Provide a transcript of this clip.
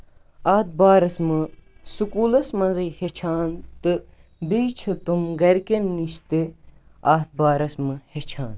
اَتھ بارَس منٛز سکوٗلَس منٛز ہیٚچھان تہٕ بیٚیہِ چھِ تِم گرِکین نِش تہِ اَتھ بارَس منٛز ہیٚچھان